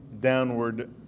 downward